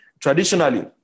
Traditionally